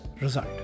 result